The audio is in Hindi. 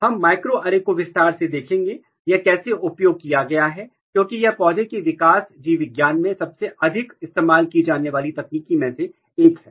हम माइक्रोएरे को विस्तार से देखेंगे यह कैसे उपयोग किया गया है क्योंकि यह पौधे के विकास जीव विज्ञान में सबसे अधिक इस्तेमाल की जाने वाली तकनीक में से एक है